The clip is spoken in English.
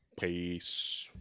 Peace